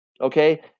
okay